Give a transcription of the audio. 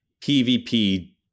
PvP